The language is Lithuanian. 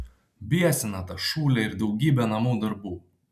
biesina ta šūlė ir daugybė namų darbų